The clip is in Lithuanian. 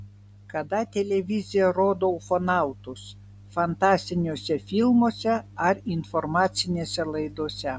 kada televizija rodo ufonautus fantastiniuose filmuose ar informacinėse laidose